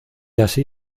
así